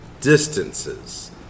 distances